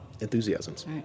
enthusiasms